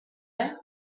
him